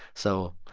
so.